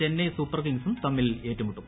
Chennai super കിങ്സും തമ്മിൽ ഏറ്റുമുട്ടും